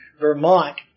Vermont